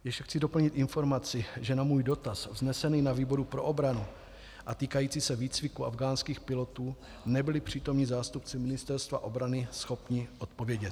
Ještě chci doplnit informaci, že na můj dotaz vznesený na výboru pro obranu a týkající se výcviku afghánských pilotů nebyli přítomní zástupci Ministerstva obrany schopni odpovědět.